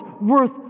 worth